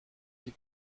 sie